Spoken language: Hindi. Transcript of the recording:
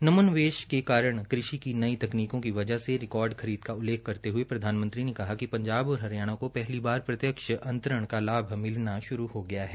नमोन्वेष के कारण कृषि की नई तकनीकों की वजह से रिकार्ड खरीद का उल्लेख करते हये प्रधानमंत्री ने कहा कि पंजाब और हरियाणा को बार प्रत्यक्ष अंतरण का लाभ मिलना श्रू हो गया है